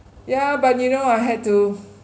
yeah but you know I had to